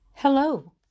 Hello